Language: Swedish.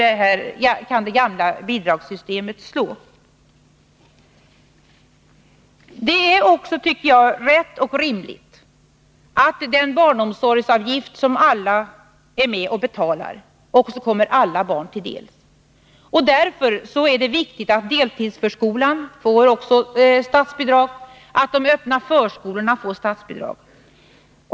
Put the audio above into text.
Så snett kan det gamla bidragssystemet slå. Jag tycker vidare att det är rätt och rimligt att den barnomsorgsavgift som alla är med om att betala också kommer alla barn till del. Därför är det viktigt att även deltidsförskolan och de öppna förskolorna får statsbidrag.